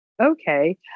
Okay